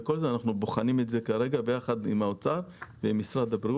אנחנו כרגע בוחנים את זה יחד עם האוצר ועם משרד הבריאות.